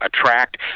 attract